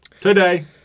Today